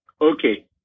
Okay